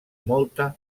molta